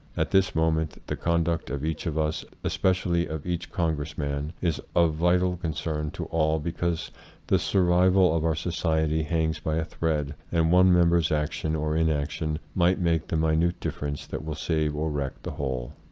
at this moment the conduct of each of us especially of each congressman is of vital concern to all, because the sur vival of our society hangs by a thread and one member's action or inaction might make the minute difference that will save or wreck the whole.